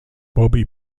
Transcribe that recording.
bobby